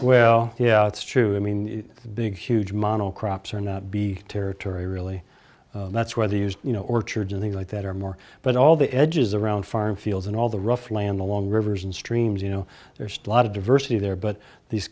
well yeah it's true i mean big huge model crops are not be territory really that's where they used you know orchards and things like that or more but all the edges around farm fields and all the rough land the long rivers and streams you know there's a lot of diversity there but these